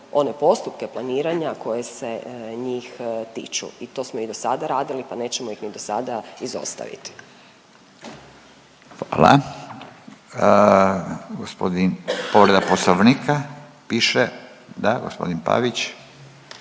one postupke planiranja koje se njih tiču. I to smo i do sada radili, pa nećemo ih ni do sada izostaviti. **Radin, Furio (Nezavisni)** Hvala. Povreda Poslovnika piše, da gospodin Pavić.